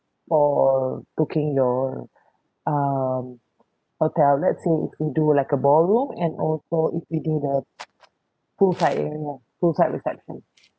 for booking your um hotel let's say if we do like a ballroom and also if we do the poolside area poolside reception